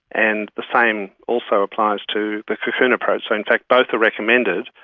and the same also applies to the cocoon approach. so in fact both are recommended,